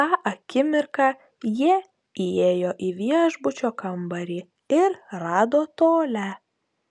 tą akimirką jie įėjo į viešbučio kambarį ir rado tolią